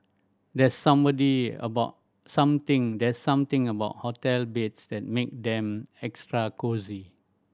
there's somebody about something there's something about hotel beds that make them extra cosy